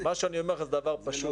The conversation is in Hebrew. מה שאני אומר לך זה דבר פשוט.